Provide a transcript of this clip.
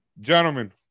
Gentlemen